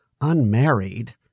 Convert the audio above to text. unmarried